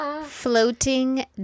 Floating